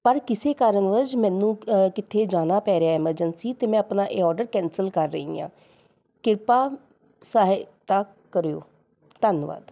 ਪਰ ਕਿਸੇ ਕਾਰਨ ਓਜ ਮੈਨੂੰ ਅ ਕਿੱਥੇ ਜਾਣਾ ਪੈ ਰਿਹਾ ਏ ਐਮਰਜੈਂਸੀ ਅਤੇ ਮੈਂ ਆਪਣਾ ਇਹ ਔਡਰ ਕੈਂਸਲ ਕਰ ਰਹੀ ਆ ਕਿਰਪਾ ਸਹਾਇਤਾ ਕਰੋ ਧੰਨਵਾਦ